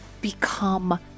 become